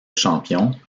champion